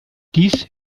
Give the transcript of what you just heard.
dies